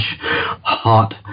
hot